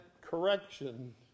correction